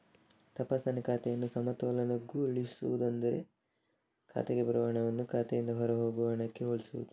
ತಪಾಸಣೆ ಖಾತೆಯನ್ನು ಸಮತೋಲನಗೊಳಿಸುವುದು ಎಂದರೆ ಖಾತೆಗೆ ಬರುವ ಹಣವನ್ನು ಖಾತೆಯಿಂದ ಹೊರಹೋಗುವ ಹಣಕ್ಕೆ ಹೋಲಿಸುವುದು